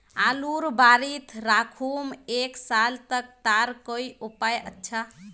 आलूर बारित राखुम एक साल तक तार कोई उपाय अच्छा?